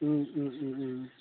ও ও ও ও